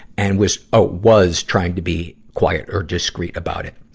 and was oh, was trying to be, quiet or discreet about it.